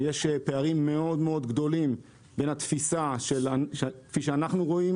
יש פערים מאוד-מאוד גדולים מהתפיסה כפי שאנחנו רואים